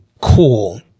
Cool